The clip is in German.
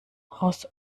aus